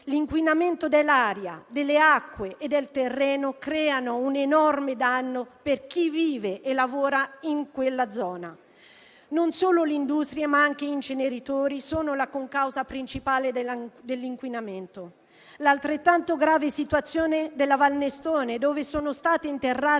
l'inquinamento dell'aria, delle acque e del terreno crea un enorme danno per chi vive e lavora in quella zona. Non solo l'industria, ma anche gli inceneritori sono la concausa principale della dell'inquinamento. Altrettanto grave è la situazione nella Valle del Nestore, dove sono stati interrati